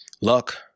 Luck